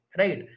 right